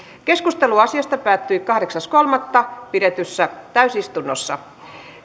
keskustelu asiasta päättyi kahdeksas kolmatta kaksituhattakuusitoista pidetyssä täysistunnossa